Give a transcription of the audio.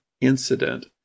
incident